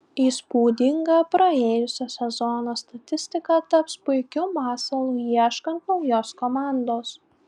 įspūdinga praėjusio sezono statistika taps puikiu masalu ieškant naujos komandos